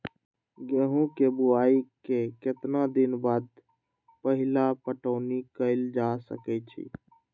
गेंहू के बोआई के केतना दिन बाद पहिला पटौनी कैल जा सकैछि?